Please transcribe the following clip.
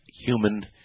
human